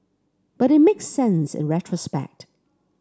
but it makes sense in retrospect